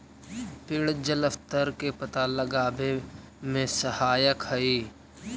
पेड़ जलस्तर के पता लगावे में सहायक हई